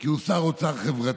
כי הוא שר אוצר חברתי,